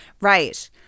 Right